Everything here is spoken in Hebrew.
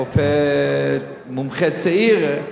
רופא מומחה צעיר,